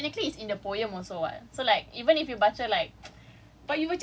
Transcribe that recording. I mean technically it's in the poem also [what] so like even if you baca like